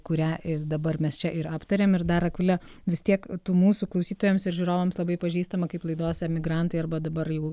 kurią ir dabar mes čia ir aptarėm ir dar akvile vis tiek tu mūsų klausytojams ir žiūrovams labai pažįstama kaip laidos emigrantai arba dabar jau